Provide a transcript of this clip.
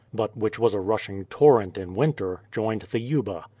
but which was a rushing torrent in winter, joined the yuba.